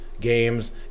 Games